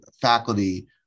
faculty